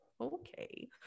okay